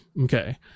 Okay